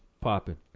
popping